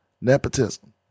Nepotism